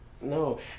No